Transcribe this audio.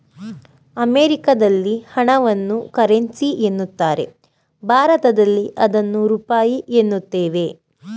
ಅಮೆರಿಕದಲ್ಲಿ ಹಣವನ್ನು ಕರೆನ್ಸಿ ಎನ್ನುತ್ತಾರೆ ಭಾರತದಲ್ಲಿ ಅದನ್ನು ರೂಪಾಯಿ ಎನ್ನುತ್ತೇವೆ